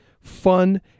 fun